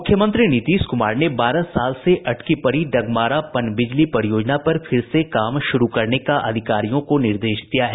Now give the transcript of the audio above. मुख्यमंत्री नीतीश कुमार ने बारह साल से अटकी पड़ी डगमारा पनबिजली परियोजना पर फिर से काम शुरू करने का अधिकारियों को निर्देश दिया है